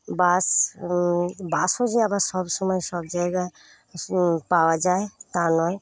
বাস বাসও যে আবার সবসময় সব জায়গায় পাওয়া যায় তা নয়